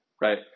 right